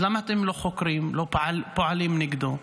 אז למה אתם לא חוקרים, לא פועלים נגדו,